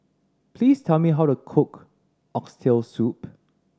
please tell me how to cook Oxtail Soup